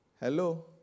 Hello